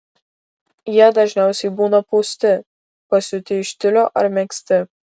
jie dažniausiai būna pūsti pasiūti iš tiulio ar megzti